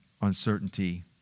uncertainty